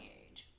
age